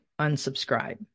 unsubscribe